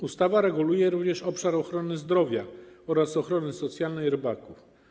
Ustawa reguluje również obszar ochrony zdrowia oraz ochrony socjalnej rybaków.